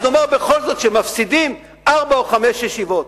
אז נאמר בכל זאת שמפסידים ארבע או חמש ישיבות.